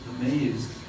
amazed